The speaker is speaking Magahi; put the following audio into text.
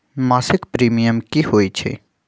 मासिक प्रीमियम की होई छई?